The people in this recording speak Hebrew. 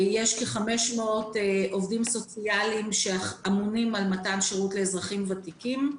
יש כ-500 עובדים סוציאליים שאמונים על מתן שירות לאזרחים ותיקים.